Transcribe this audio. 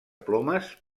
plomes